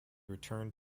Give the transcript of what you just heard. returned